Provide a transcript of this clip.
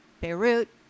Beirut